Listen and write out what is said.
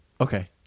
Okay